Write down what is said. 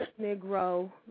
Negro